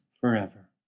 forever